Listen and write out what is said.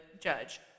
judge